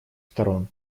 сторон